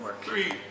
Three